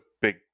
big